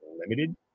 limited